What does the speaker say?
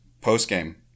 post-game